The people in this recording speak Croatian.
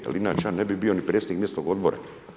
Jer inače ja ne bi bio ni predsjednik mjesnog odbora.